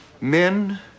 Men